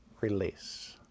release